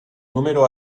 número